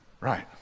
Right